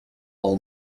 all